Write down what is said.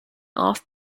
off